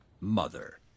mother